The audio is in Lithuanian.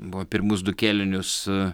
buvo pirmus du kėlinius